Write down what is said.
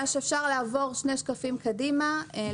נכון.